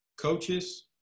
coaches